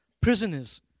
prisoners